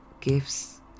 Gifts